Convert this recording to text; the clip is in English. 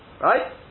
right